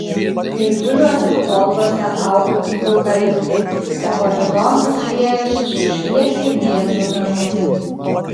didžiuliuose plotuose augo tik eukaliptai o horizontas liejosi su šviesiai mėlynu dangumi